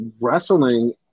wrestling